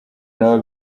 nabo